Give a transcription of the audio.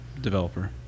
developer